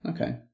Okay